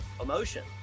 emotion